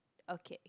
okay